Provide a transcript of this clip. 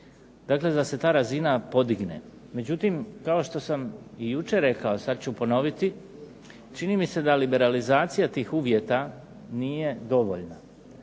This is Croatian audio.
Dakle, da se ta razina podigne. Međutim, kao što sam i jučer rekao, a sad ću ponoviti čini mi se da liberalizacija tih uvjeta nije dovoljna